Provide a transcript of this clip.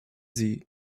sie